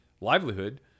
livelihood